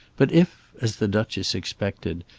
but if, as the duchess expected,